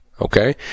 okay